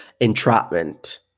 entrapment